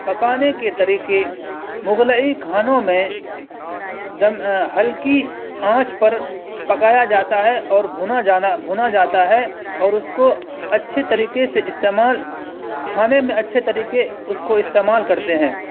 پکانے کے طریقے مغلئی کھانوں میں دم ہلکی آنچ پر پکایا جاتا ہے اور بھنا جانا بھنا جاتا ہے اور اس کو اچھے طریقے سے استعمال کھانے میں اچھے طریقے اس کو استعمال کرتے ہیں